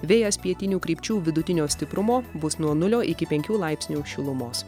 vėjas pietinių krypčių vidutinio stiprumo bus nuo nulio iki penkių laipsnių šilumos